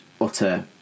utter